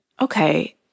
okay